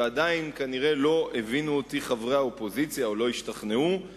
ועדיין כנראה לא הבינו אותי או לא השתכנעו חברי האופוזיציה,